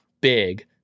big